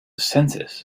census